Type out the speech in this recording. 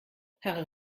herr